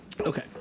Okay